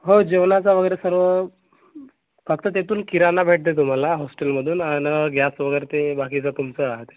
हो जेवणाचा वगैरे सर्व फक्त तिथून किराणा भेटते तुम्हाला हॉस्टेलमधून आणि गॅस वगैरे ते बाकीचं तुमचं रहाते